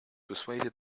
persuaded